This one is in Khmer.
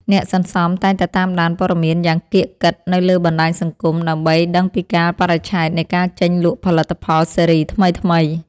អ្នកសន្សំតែងតែតាមដានព័ត៌មានយ៉ាងកៀកកិតនៅលើបណ្ដាញសង្គម ដើម្បីដឹងពីកាលបរិច្ឆេទនៃការចេញលក់ផលិតផលស៊េរីថ្មីៗ។